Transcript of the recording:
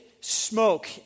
smoke